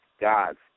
God's